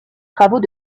travaux